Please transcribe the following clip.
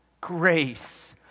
grace